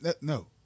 No